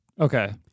Okay